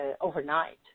overnight